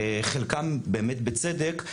חלקם באמת בצדק,